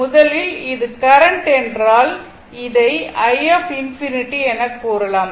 முதலில் இது கரண்ட் என்றால் என்றால் இதை i∞ எனக் கூறலாம்